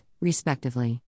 respectively